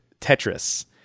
Tetris